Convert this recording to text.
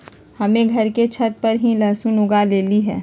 हम्मे घर के छत पर ही लहसुन उगा लेली हैं